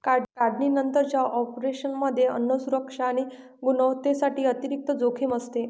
काढणीनंतरच्या ऑपरेशनमध्ये अन्न सुरक्षा आणि गुणवत्तेसाठी अतिरिक्त जोखीम असते